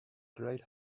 great